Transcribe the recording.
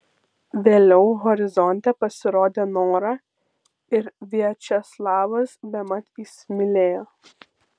vėliau horizonte pasirodė nora ir viačeslavas bemat įsimylėjo